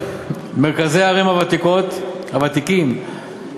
מרכזי הערים הוותיקים,